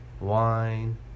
Wine